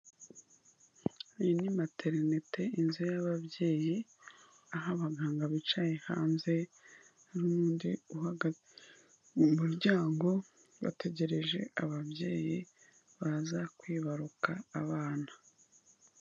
Iyi ni materinete inzu y'ababyeyi aho abaganga bicaye hanze n'undi uhagaze mu muryango bategereje ababyeyi baza kwibaruka abana.